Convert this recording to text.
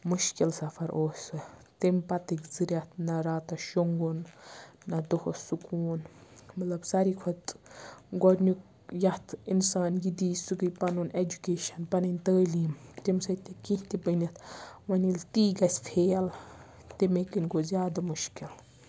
مُشکِل سفر اوس سُہ تٔمۍ پَتٕکۍ زٕ رٮ۪تھ نہ راتَس شۄنٛگُن نہ دۄہَس سُکوٗن مطلب ساروی کھۄتہٕ گۄڈٕنیُک یَتھ اِنسان یہِ دی سُہ گٔے پَنُن اٮ۪جوٗکیشَن پَنٕنۍ تٲلیٖم تٔمۍ سۭتۍ تہِ کیٚنہہ تہِ بٔنِتھ وۄنۍ ییٚلہِ تی گَژھِ فیل تَمی کِنۍ گوٚو زیادٕ مُشکِل